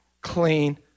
clean